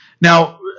now